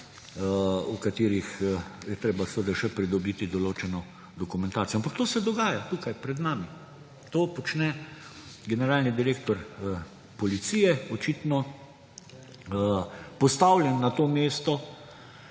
o katerih je treba še pridobiti določeno dokumentacijo. Ampak to se dogaja tukaj, pred nami; to počne generalni direktor policije, očitno postavljen nato mesto,